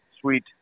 sweet